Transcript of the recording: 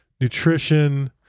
nutrition